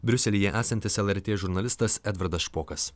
briuselyje esantis lrt žurnalistas edvardas špokas